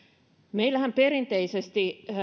meillähän perinteisesti